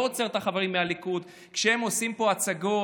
לא עוצר את החברים מהליכוד כשהם עושים פה הצגות.